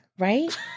Right